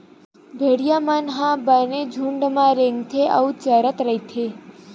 भेड़िया मन ह बने झूंड म रेंगथे अउ चरत रहिथे